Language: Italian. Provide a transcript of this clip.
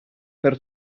per